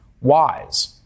wise